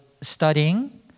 studying